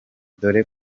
dore